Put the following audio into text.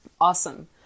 awesome